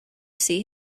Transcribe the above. see